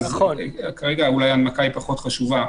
אז כרגע אולי ההנמקה פחות חשובה.